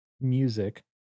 music